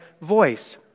voice